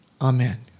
Amen